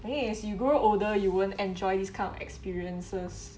I mean as you grow older you won't enjoy this kind of experiences